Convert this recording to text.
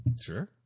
sure